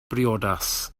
briodas